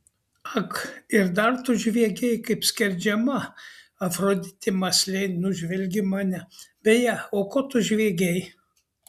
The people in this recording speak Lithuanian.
ak ir dar tu žviegei kaip skerdžiama afroditė mąsliai nužvelgė mane beje o ko tu žviegei